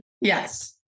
Yes